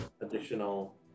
additional